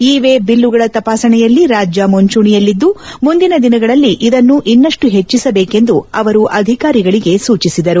ಇವೇ ಬಿಲ್ಲುಗಳ ತಪಾಸಣೆಯಲ್ಲಿ ರಾಜ್ಯ ಮುಂಚೂಣಿಯಲ್ಲಿದ್ದು ಮುಂದಿನ ದಿನಗಳಲ್ಲಿ ಇದನ್ನು ಇನ್ನಷ್ಟು ಹೆಚ್ಚಿಸಬೇಕು ಎಂದು ಅವರು ಸೂಚಿಸಿದರು